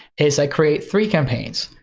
is i create three campaigns.